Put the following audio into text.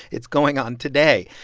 it's going on today.